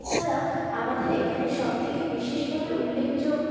এছাড়া আমাদের এখানে সবথেকে বিশেষভাবে উল্লেখযোগ্য